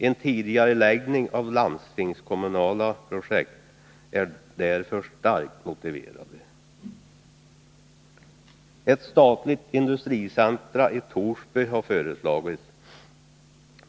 En tidigareläggning av landstingskommunala projekt är därför starkt motiverad. Ett statligt industricentrum i Torsby har föreslagits.